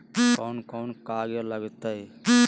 कौन कौन कागज लग तय?